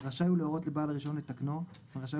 רשאי הוא להורות לבעלך הרישיון לתקנו ורשאי